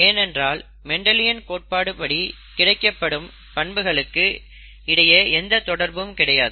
ஏனென்றால் மெண்டலியன் கோட்பாடு படி கிடைக்கப்படும் பண்புகளுக்கு இடையே எந்தத் தொடர்பும் கிடையாது